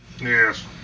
Yes